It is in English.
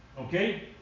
Okay